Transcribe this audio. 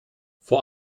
vor